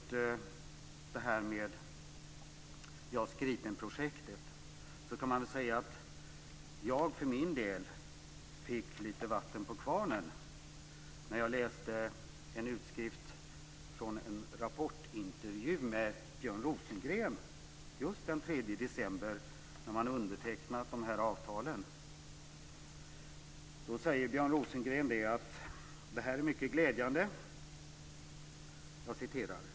När det gäller JAS Gripen-projektet kan man säga att jag fick lite vatten på kvarnen när jag läste en utskrift från en Rapportintervju med Björn Rosengren just den 3 december när man undertecknat de här avtalen. Då säger Björn Rosengren: "Det är mycket glädjande.